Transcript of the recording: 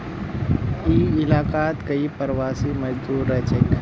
ई इलाकात कई प्रवासी मजदूर रहछेक